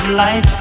light